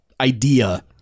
idea